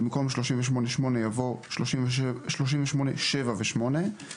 תודה רבה לכם.